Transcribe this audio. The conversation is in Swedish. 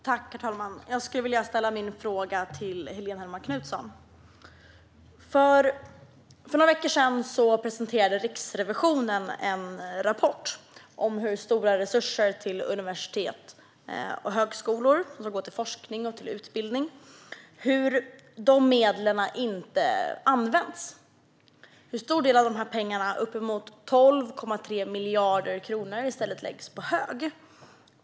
Herr talman! Jag skulle vilja ställa min fråga till Helene Hellmark Knutsson. För några veckor sedan presenterade Riksrevisionen en rapport om hur stora resurser till universitet och högskolor som går till forskning och utbildning och om hur dessa medel inte används. En stor del av pengarna, uppemot 12,3 miljarder kronor, läggs i stället på hög.